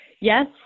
Yes